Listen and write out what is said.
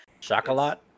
chocolate